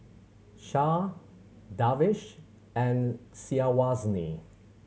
Shah Darwish and Syazwani